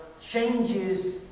changes